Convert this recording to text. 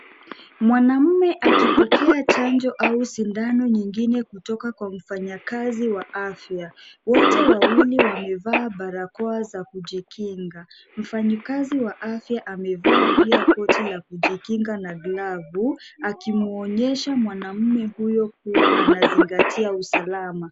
Mwanamume akipokea chanjo au sindano nyingine kutoka kwa mfanyakazi mwingine wa afya. Wote wawili wamevaa barakoa za kujikinga. Mfanyikazi wa afya amevaa pia koti la kujikinga na glavu akimwonyesha kuwa mwanaume huyo kuwa anazingatia usalama.